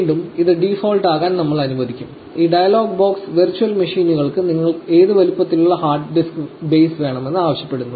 വീണ്ടും ഇത് ഡീഫോൾട് ആകാൻ നമ്മൾ അനുവദിക്കും ഈ ഡയലോഗ് ബോക്സ് വെർച്വൽ മെഷീനുകൾക്ക് നിങ്ങൾക്ക് ഏത് വലുപ്പത്തിലുള്ള ഹാർഡ് ഡിസ്ക് ബേസ് വേണമെന്ന് ആവശ്യപ്പെടുന്നു